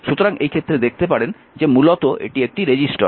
সুতরাং এই ক্ষেত্রে দেখতে পারেন যে মূলত এটি একটি রেজিস্টর